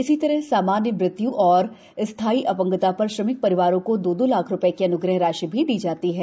इसी तरह सामान्य मृत्यु और स्थायी अपंगता पर श्रमिक परिवारों को दो दो लाख रूपये की अन्ग्रह राशि दी जाती है